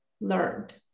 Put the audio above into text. learned